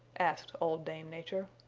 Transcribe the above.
asked old dame nature.